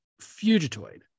Fugitoid